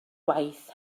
gwaith